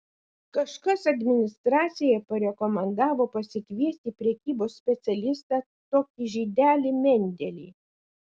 kažkas administracijai parekomendavo pasikviesti prekybos specialistą tokį žydelį mendelį